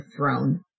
throne